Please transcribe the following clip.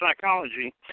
psychology